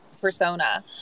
persona